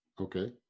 Okay